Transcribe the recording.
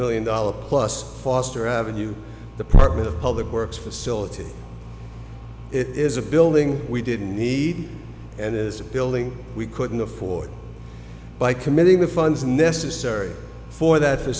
million dollars plus foster avenue the park the public works facility it is a building we didn't need and is a building we couldn't afford by committing the funds necessary for